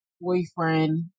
boyfriend